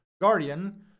Guardian